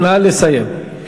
נא לסיים.